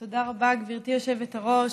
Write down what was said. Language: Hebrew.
תודה רבה, גברתי היושבת-ראש.